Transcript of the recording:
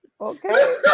okay